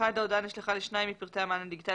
ההודעה נשלחה לשניים מבין פרטי המען הדיגיטלי